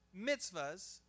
mitzvahs